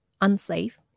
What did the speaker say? unsafe